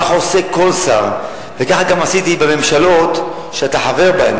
כך עושה כל שר וככה גם עשיתי בממשלות שאתה חבר בהן,